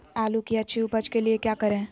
आलू की अच्छी उपज के लिए क्या करें?